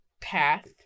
path